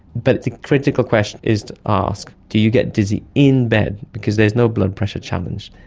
but the critical question is to ask do you get dizzy in bed, because there's no blood pressure challenge,